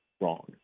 wrong